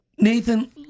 Nathan